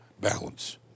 balance